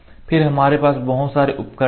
फिर हमारे पास बहुत सारे उपकरण हैं